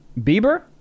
Bieber